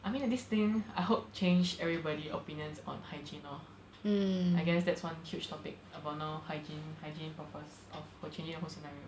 I mean like this thing I hope change everybody opinions on hygiene lor I guess that's one huge topic about now hygiene hygiene purpose of changing the whole scenario